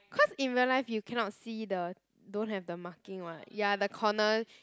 cause in real life you cannot see the don't have the marking what ya the corner